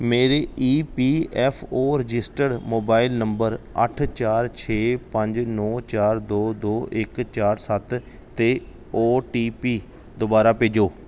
ਮੇਰੇ E P F O registered mobile number ਅੱਠ ਚਾਰ ਛੇ ਪੰਜ ਨੌਂ ਚਾਰ ਦੋ ਦੋ ਇੱਕ ਚਾਰ ਸੱਤ 'ਤੇ ਓ ਟੀ ਪੀ ਦੁਬਾਰਾ ਭੇਜੋ